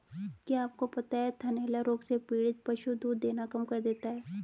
क्या आपको पता है थनैला रोग से पीड़ित पशु दूध देना कम कर देता है?